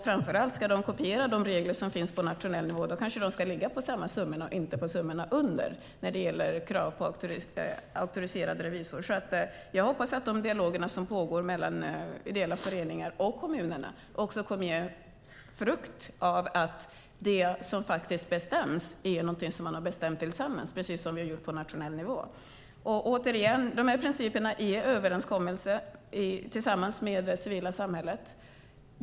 Framför allt om de ska kopiera de regler som finns på nationell nivå kanske de ska ligga på samma summor och inte på summorna under när det gäller krav på auktoriserad revisor. Jag hoppas att de dialoger som pågår mellan ideella föreningar och kommunerna kommer att bära frukt i att det som faktiskt bestäms är någonting som man har bestämt tillsammans, precis som vi gör på nationell nivå. Återigen: De här principerna är överenskommelser som har gjorts tillsammans med det civila samhället.